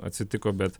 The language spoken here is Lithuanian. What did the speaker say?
atsitiko bet